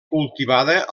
cultivada